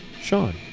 sean